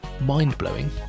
mind-blowing